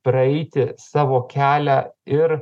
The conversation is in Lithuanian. praeiti savo kelią ir